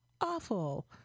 awful